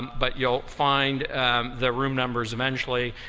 but you'll find the room numbers eventually.